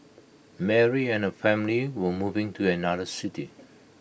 Mary and her family were moving to another city